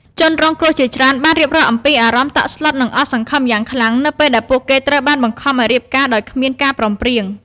ជនរងគ្រោះជាច្រើនបានរៀបរាប់អំពីអារម្មណ៍តក់ស្លុតនិងអស់សង្ឃឹមយ៉ាងខ្លាំងនៅពេលដែលពួកគេត្រូវបានបង្ខំឲ្យរៀបការដោយគ្មានការព្រមព្រៀង។